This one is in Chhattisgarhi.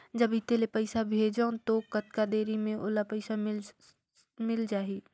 जब इत्ते ले पइसा भेजवं तो कतना देरी मे ओला पइसा मिल जाही?